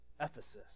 Ephesus